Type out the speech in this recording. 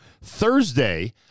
Thursday